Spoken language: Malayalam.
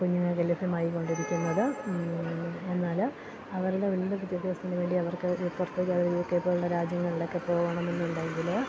കുഞ്ഞിന് ലഭ്യമായി കൊണ്ടിരിക്കുന്നത് അത് എന്നാല് അവരുടെ കുഞ്ഞിൻ്റ വിദ്യാഭ്യാസത്തിന് വേണ്ടി അവർക്ക് ഈ പുറത്ത് യു കെ പോലുള്ള രാജ്യങ്ങളിലൊക്കെ പോകണമെന്നുണ്ടെങ്കിൽ